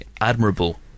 admirable